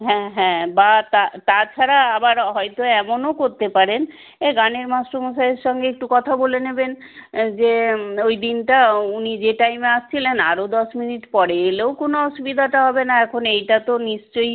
হ্যাঁ হ্যাঁ বা তা তাছাড়া আবার হয়তো এমনও করতে পারেন গানের মাস্টারমশাইয়ের সঙ্গে একটু কথা বলে নেবেন যে ওই দিনটা উনি যে টাইমে আসছিলেন আরও দশ মিনিট পরে এলেও কোনো অসুবিধাটা হবে না এখন এইটা তো নিশ্চয়ই